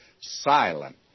silent